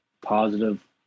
positive